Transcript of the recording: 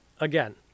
Again